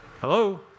Hello